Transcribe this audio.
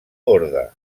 orde